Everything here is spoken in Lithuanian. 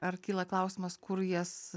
ar kyla klausimas kur jas